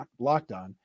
LockedOn